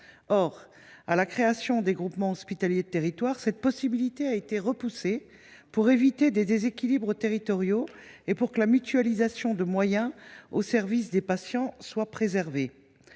Or, à la création des GHT, une telle possibilité a été repoussée pour éviter des déséquilibres territoriaux, et pour que la mutualisation de moyens au service des patients soit préservée.